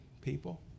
people